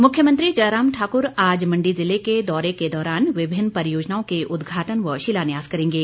मख्यमंत्री मुख्यमंत्री जयराम ठाकुर आज मंडी जिले के दौरे के दौरान विभिन्न परियोजनाओं के उद्घाटन व शिलान्यास करेंगे